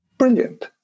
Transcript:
brilliant